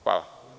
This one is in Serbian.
Hvala.